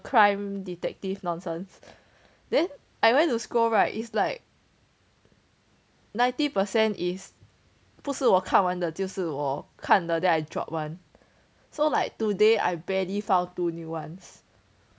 crime detective nonsense then I went to scroll right is like ninety percent is 不是我看完的就是我看了 then I drop one so like today I barely found two new ones